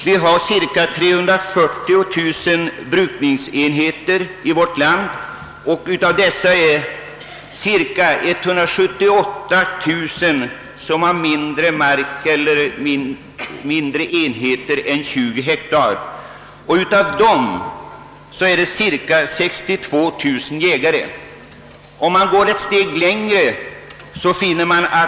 Vi har cirka 340 000 brukningsenheter i vårt land, av vilka 178000 enheter har min Ire areal än 20 hektar. 62 000 av dessa senare enheter ägs av jägare.